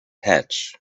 hatch